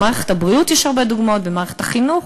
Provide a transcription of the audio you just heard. במערכת הבריאות יש הרבה דוגמאות, במערכת החינוך.